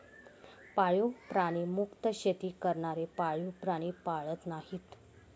पाळीव प्राणी मुक्त शेती करणारे पाळीव प्राणी पाळत नाहीत